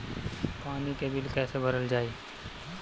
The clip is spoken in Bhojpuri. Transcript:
पानी के बिल कैसे भरल जाइ?